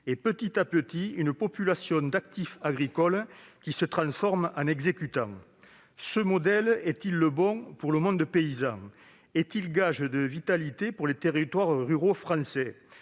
financiers et une population d'actifs agricoles qui se transforment petit à petit en exécutants. Ce modèle est-il le bon pour le monde paysan ? Est-il gage de vitalité pour les territoires ruraux français ?